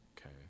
Okay